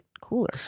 cooler